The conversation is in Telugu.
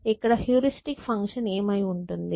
ఇక్కడ హ్యూరిస్టిక్ ఫంక్షన్ ఏమైఉంటుంది